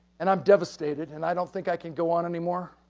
and i'm devastated, and i don't think i can go on anymore.